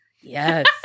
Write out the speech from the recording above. yes